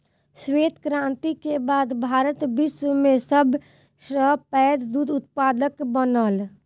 श्वेत क्रांति के बाद भारत विश्व में सब सॅ पैघ दूध उत्पादक बनल